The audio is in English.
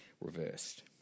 reversed